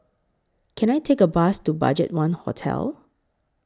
Can I Take A Bus to BudgetOne Hotel